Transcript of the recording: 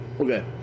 Okay